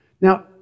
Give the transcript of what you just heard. Now